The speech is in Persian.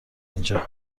اینجا